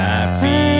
Happy